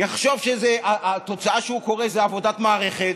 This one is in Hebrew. ויחשוב שהתוצאה שהוא קורא היא עבודת מערכת,